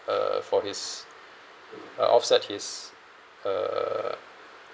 uh for his uh offset his uh